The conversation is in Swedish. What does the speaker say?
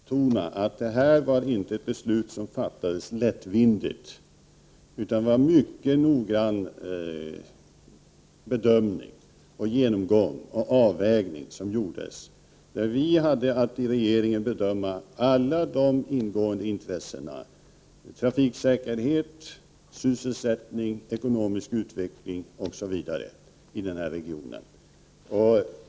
Herr talman! Jag vill bara betona att detta inte var ett beslut som fattades lättvindigt. Det gjordes en mycket noggrann bedömning, genomgång och avvägning, där vi i regeringen hade att bedöma alla de ingående intressena: trafiksäkerhet, sysselsättning, ekonomisk utveckling osv. i denna region.